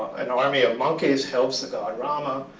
an army of monkeys helps the god rama,